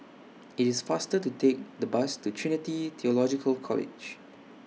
IT IS faster to Take The Bus to Trinity Theological College